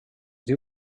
diu